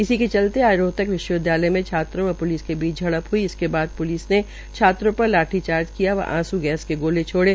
इसी के चलते आज रोहतक विश्वविद्यालय में छात्राओं व प्लिस के बीच झड़प हई इसके बाद प्लिस ने छात्राओं पर लाठी चार्ज किया व आंस् गैस के गोले छोड़े